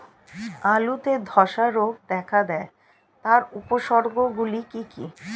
আলুতে ধ্বসা রোগ দেখা দেয় তার উপসর্গগুলি কি কি?